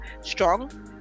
strong